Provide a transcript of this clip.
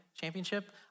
Championship